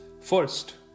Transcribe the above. First